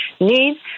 need